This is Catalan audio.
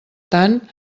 tant